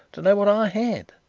to know what i had?